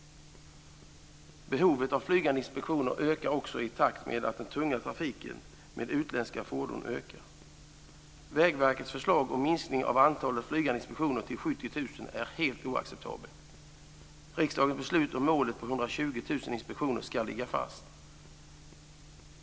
Behovet av flygande inspektioner ökar också i takt med att den tunga trafiken med utländska fordon ökar. Vägverkets förslag om minskning av antalet flygande inspektioner till 70 000 är helt oacceptabelt. Riksdagens beslut om målet om 120 000 inspektioner ska ligga fast.